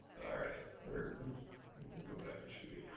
all right where we will go back